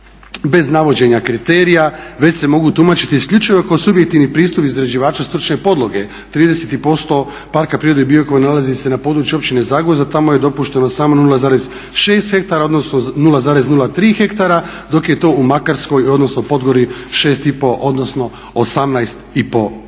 bez navođenja kriterija već se mogu tumačiti isključivo kao subjektivni pristup izrađivača stručne podloge. 30% Parka prirode Biokovo nalazi se na području općine Zagvozd, a tamo je dopušteno samo 0,6 hektara odnosno 0,03 hektara dok je to u Makarskoj odnosno Podgori 6,5 odnosno 18,5 hektara.